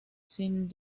sin